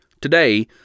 Today